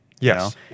Yes